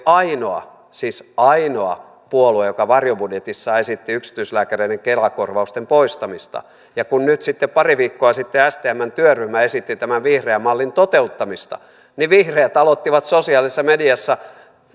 ainoa siis ainoa puolue joka varjobudjetissaan esitti yksityislääkäreiden kela korvausten poistamista ja kun nyt sitten pari viikkoa sitten stmn työryhmä esitti tämän vihreän mallin toteuttamista niin vihreät aloittivat sosiaalisessa mediassa